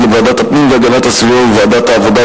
לוועדת הפנים והגנת הסביבה ולוועדת העבודה,